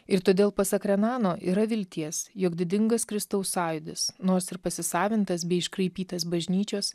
ir todėl pasak renano yra vilties jog didingas kristaus sąjūdis nors ir pasisavintas bei iškraipytas bažnyčios